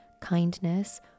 kindness